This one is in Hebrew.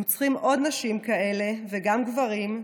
אנחנו צריכים עוד נשים כאלה, וגם גברים,